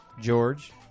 George